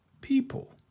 people